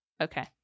Okay